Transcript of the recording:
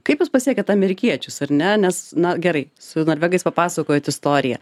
kaip jūs pasiekiat amerikiečius ar ne nes na gerai su norvegais papasakojat istoriją